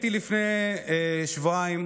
לפני שבועיים